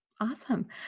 Awesome